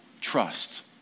trust